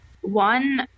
One